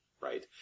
right